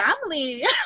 family